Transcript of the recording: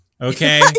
Okay